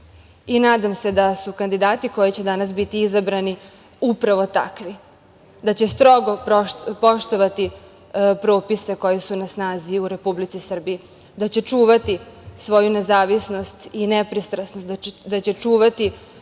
i nadam se da su kandidati koje će danas biti izabrani upravo takvi, da će strogo poštovati propise koji su na snazi u Republici Srbiji, da će čuvati svoju nezavisnost i nepristrasnost, da će čuvati